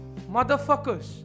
motherfuckers